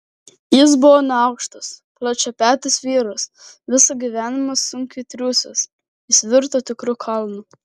jis buvo neaukštas plačiapetis vyras visą gyvenimą sunkiai triūsęs jis virto tikru kalnu